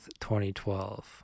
2012